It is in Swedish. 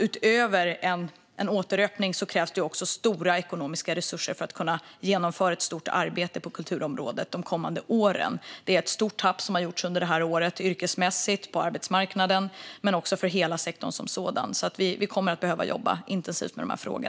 Utöver en återöppning krävs det också stora ekonomiska resurser för att kunna genomföra ett stort arbete på kulturområdet de kommande åren. Det är ett stort tapp som har gjorts under detta år yrkesmässigt på arbetsmarknaden men också för hela sektorn som sådan. Vi kommer därför att behöva jobba intensivt med dessa frågor.